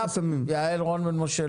יעל רון בן משה,